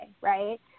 Right